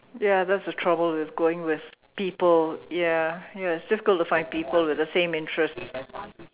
ya that's the trouble it's going with people ya yes difficult to find people with the same interests